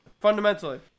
Fundamentally